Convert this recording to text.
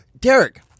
Derek